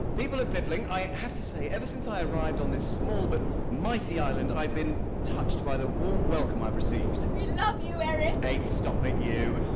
people of piffling, i have to say, ever since i arrived on this small but mighty island i've been touch by the warm welcome i've received. we love you, eric! hey, stop it, you!